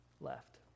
left